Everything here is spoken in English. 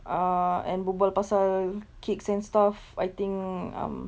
uh and berbual pasal cakes and stuff I think um